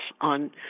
on